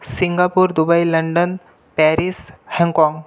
Singapore Dubai London Paris Hong Kong